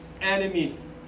enemies